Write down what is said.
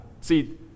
See